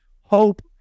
Hope